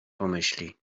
pomyśli